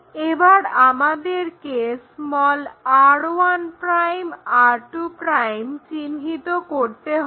এবার আমাদেরকে r1' r2' চিহ্নিত করতে হবে